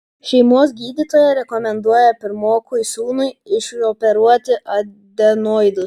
šeimos gydytoja rekomenduoja pirmokui sūnui išoperuoti adenoidus